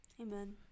Amen